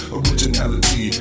originality